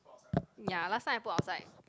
ya last time I put outside